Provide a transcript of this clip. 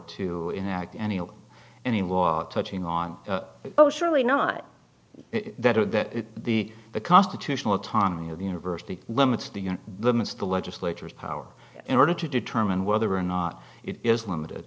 to enact any of anyone touching on oh surely not that or that the the constitutional autonomy of the university limits to your limits the legislature is power in order to determine whether or not it is limited